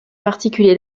particulier